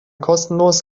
kostenlos